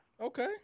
Okay